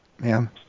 Ma'am